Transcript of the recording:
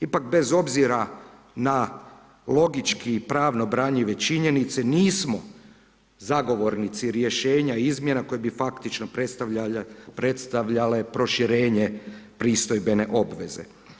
Ipak bez obzira na logični i pravno branjive činjenice, nismo zagovornici rješenja i izmjena koje bi faktički predstavljale proširenje pristojbene obveze.